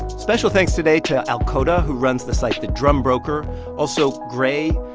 special thanks today to alkota, who runs the site the drum broker also gray,